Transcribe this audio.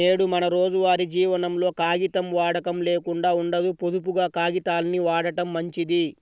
నేడు మన రోజువారీ జీవనంలో కాగితం వాడకం లేకుండా ఉండదు, పొదుపుగా కాగితాల్ని వాడటం మంచిది